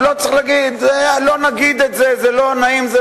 אז לא צריך להגיד: לא נגיד את זה, זה לא נעים.